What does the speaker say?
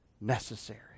necessary